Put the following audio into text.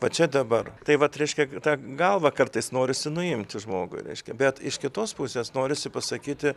va čia dabar tai vat reiškia tą galvą kartais norisi nuimti žmogui reiškia bet iš kitos pusės norisi pasakyti